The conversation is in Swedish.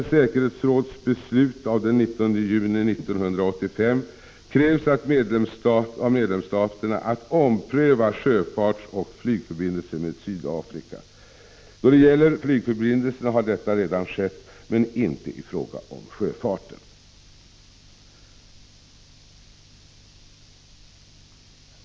I FN:s säkerhetsråds beslut av den 19 juni 1985 krävs av medlemsstaterna att de skall ompröva sjöfartsoch flygförbindelser med Sydafrika. Detta har redan skett då det gäller flygförbindelserna, men inte i fråga om sjöfarten.